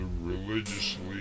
religiously